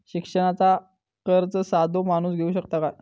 शिक्षणाचा कर्ज साधो माणूस घेऊ शकता काय?